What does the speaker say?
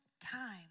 time